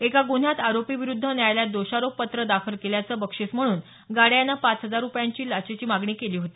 एका गुन्ह्यात आरोपी विरुध्द न्यायालयात दोषारोप पत्र दाखल केल्याचं बक्षीस म्हणून गाडे यानं पाच हजार रुपयांच्या लाचेची मागणी केली होती